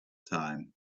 time